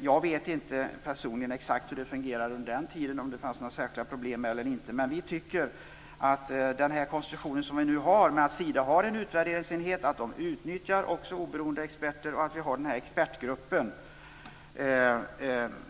Jag vet personligen inte hur det fungerade under den tiden, om det fanns några särskilda problem eller inte. Men vi tycker att den konstruktion som vi nu har och som innebär att Sida har en utvärderingsenhet och också utnyttjar oberoende experter och att vi har en expertgrupp